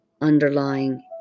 underlying